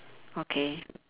okay